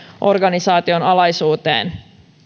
organisaation alaisuuteen